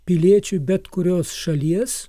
piliečių bet kurios šalies